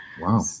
wow